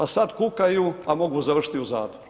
A sad kukaju a mogu završiti i u zatvoru.